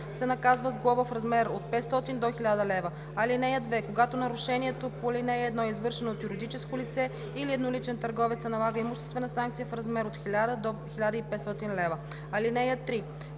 се наказва с глоба в размер от 500 до 1000 лв. (2) Когато нарушението по ал. 1 е извършено от юридическо лице или едноличен търговец, се налага имуществена санкция в размер от 3000 до 5000 лв. (3)